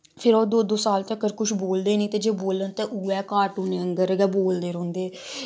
जेल्लै ओहे दो दो साल तक कुश बोलदे नी ते जे बोल्लन ते उऐ कार्टून आंगर गै बोलदे रौंह्दे